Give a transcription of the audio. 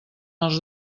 els